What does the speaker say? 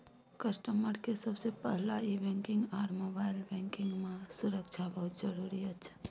customer के सबसे पहला ई बैंकिंग आर मोबाइल बैंकिंग मां सुरक्षा बहुत जरूरी अच्छा